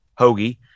hoagie